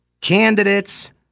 Candidates